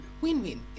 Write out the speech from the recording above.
Win-win